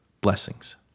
Blessings